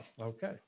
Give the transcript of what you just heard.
Okay